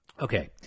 Okay